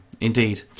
Indeed